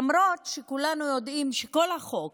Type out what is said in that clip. למרות שכולנו יודעים שכל החוק